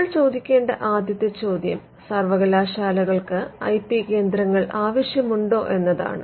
നമ്മൾ ചോദിക്കേണ്ട ആദ്യത്തെ ചോദ്യം സർവകലാശാലകൾക്ക് ഐ പി കേന്ദ്രങ്ങൾ ആവശ്യമുണ്ടോ എന്നതാണ്